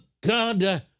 God